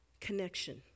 connection